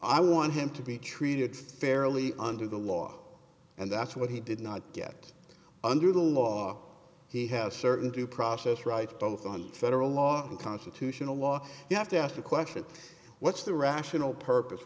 i want him to be treated fairly under the law and that's what he did not get under the law he has certain due process rights both on federal law in constitutional law you have to ask the question what's the rational purpose